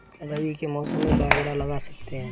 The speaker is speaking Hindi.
रवि के मौसम में बाजरा लगा सकते हैं?